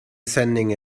sending